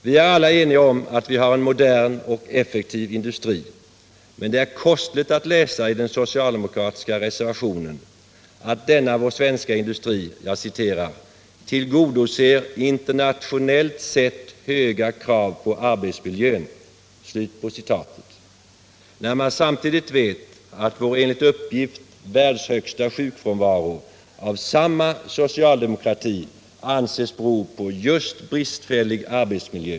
Vi är alla eniga om att vi har en modern och effektiv industri, men det är kostligt att läsa i den socialdemokratiska reservationen att denna vår svenska industri ”tillgodoser internationellt sett höga krav på arbetsmiljön”, när man samtidigt vet att vår enligt uppgift världshögsta sjukfrånvaro av samma socialdemokrati anses bero på just bristfällig arbetsmiljö.